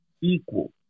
equal